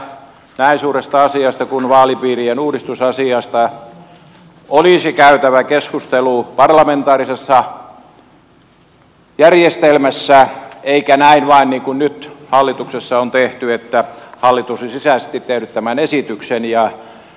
näen että näin suuresta asiasta kuin vaalipiirien uudistusasiasta olisi käytävä keskustelu parlamentaarisessa järjestelmässä eikä näin vain niin kuin nyt hallituksessa on tehty että hallitus on sisäisesti tehnyt tämän esityksen